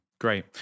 Great